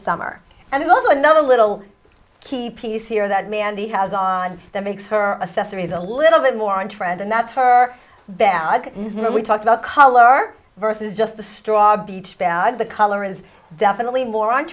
summer and also another little key piece here that mandy has on that makes her a sesame is a little bit more in trend and that's her bag and really talk about color versus just the straw beach bag the color is definitely more on